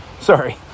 Sorry